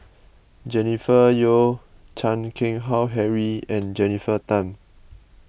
Jennifer Yeo Chan Keng Howe Harry and Jennifer Tham